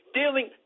dealing